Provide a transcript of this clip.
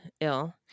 ill